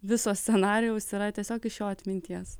viso scenarijaus yra tiesiog iš jo atminties